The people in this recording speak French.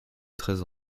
treize